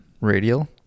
Radial